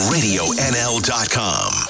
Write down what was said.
RadioNL.com